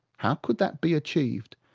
how could that be achieved?